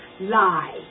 lie